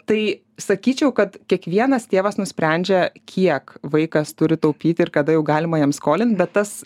tai sakyčiau kad kiekvienas tėvas nusprendžia kiek vaikas turi taupyti ir kada jau galima jam skolint bet tas